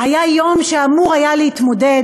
היה יום שאמור היה להתמודד